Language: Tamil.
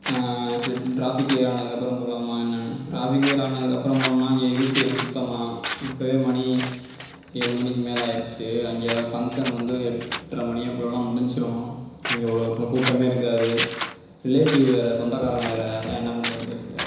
டிராஃபிக் க்ளியர் ஆனதுக்கப்புறம் போகலாமா என்னன்னு டிராஃபிக் க்ளியர் ஆனதுக்கப்புறம் போனோம்னா இங்கே இருட்டிவிடும் சுத்தமாக இப்பவே மணி ஏழு மணிக்கு மேல் ஆகிடுச்சு அங்கே ஃபங்ஷன் வந்து எட்டரை மணி அப்படிலாம் முடிஞ்சிடும் கொஞ்சம் அங்கே அப்புறம் கூட்டமே இருக்காது ரிலேடிவ் வேறு சொந்தக்காரங்க வேறு அதான் என்ன பண்றதுன்னு தெரியலை